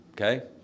okay